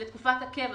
לבין תקופת הקבע.